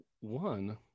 one